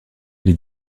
les